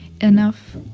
enough